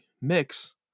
mix